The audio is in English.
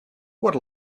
what